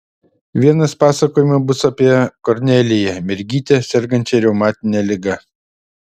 vienas pasakojimų bus apie korneliją mergytę sergančią reumatine liga